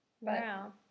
Wow